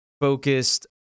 focused